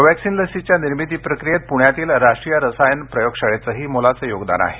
कोव्हॅक्सीन लसीच्या निर्मिती प्रक्रीयेत प्ण्यातील राष्ट्रीय रसायन प्रयोगशाळेचंही मोलाचं योगदान आहे